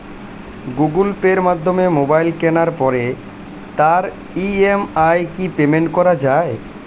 Google পের মাধ্যমে mobile কেনার পরে তার ই.এম.আই কি পেমেন্ট করা যায়?